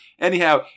Anyhow